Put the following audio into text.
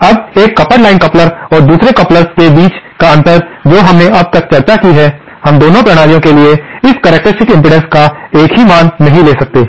अब एक coupled line coupler और दूसरे युग्मकों के बीच का अंतर जो हमने अब तक चर्चा की है हम दोनों प्रणालियों के लिए इस करक्टेरिस्टिक्स इम्पीडेन्स का एक ही मान नहीं ले सकते हैं